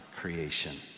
creation